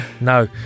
no